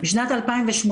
בשנת 2018,